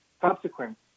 subsequent